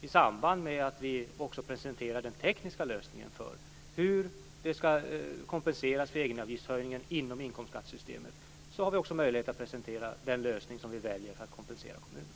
I samband med att vi presenterar den tekniska lösningen för hur vi skall kompensera egenavgiftshöjningen inom inkomstskattesystemet har vi också möjlighet att presentera den lösning som vi väljer för att kompensera kommunerna.